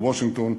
בוושינגטון,